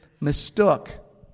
mistook